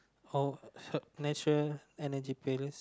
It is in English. how uh natural energy pills